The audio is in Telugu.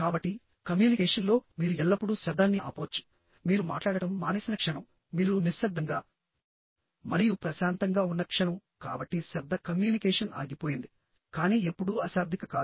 కాబట్టి కమ్యూనికేషన్లో మీరు ఎల్లప్పుడూ శబ్దాన్ని ఆపవచ్చు మీరు మాట్లాడటం మానేసిన క్షణంమీరు నిశ్శబ్దంగా మరియు ప్రశాంతంగా ఉన్న క్షణం కాబట్టి శబ్ద కమ్యూనికేషన్ ఆగిపోయింది కానీ ఎప్పుడూ అశాబ్దిక కాదు